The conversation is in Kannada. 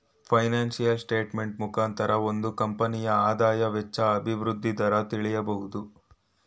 ಫೈನಾನ್ಸಿಯಲ್ ಸ್ಟೇಟ್ಮೆಂಟ್ ಮುಖಾಂತರ ಒಂದು ಕಂಪನಿಯ ಆದಾಯ, ವೆಚ್ಚ, ಅಭಿವೃದ್ಧಿ ದರ ತಿಳಿಬೋದು